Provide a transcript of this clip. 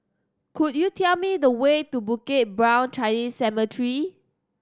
could you tell me the way to Bukit Brown Chinese Cemetery